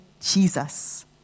Jesus